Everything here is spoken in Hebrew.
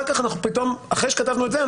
אם אינו מסוגל לתת הסכמה בכתב מחמת גידול,